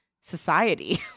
society